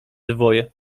dwoje